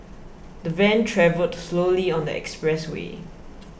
the van travelled slowly on the expressway